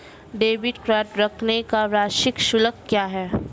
Debit card रखने का वार्षिक शुल्क क्या है?